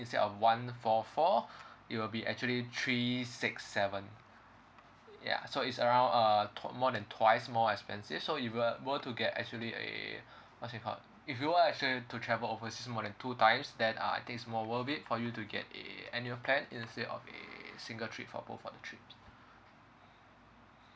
instead of one four four it will be actually three six seven ya so it's around uh t~ more than twice more expensive so if you were ~ were to get actually a what's it called if you were actually to travel overseas more than two times then uh I think is more worth it for you to get a annual plan instead of a package single trip for both of the trip